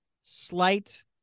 slight